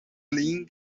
lin